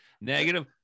Negative